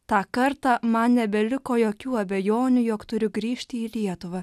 tą kartą man nebeliko jokių abejonių jog turiu grįžti į lietuvą